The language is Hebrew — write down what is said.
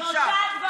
שלושה דברים.